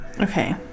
Okay